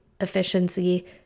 efficiency